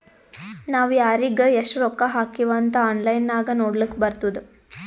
ನಾವ್ ಯಾರಿಗ್ ಎಷ್ಟ ರೊಕ್ಕಾ ಹಾಕಿವ್ ಅಂತ್ ಆನ್ಲೈನ್ ನಾಗ್ ನೋಡ್ಲಕ್ ಬರ್ತುದ್